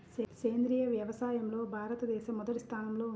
సేంద్రీయ వ్యవసాయంలో భారతదేశం మొదటి స్థానంలో ఉంది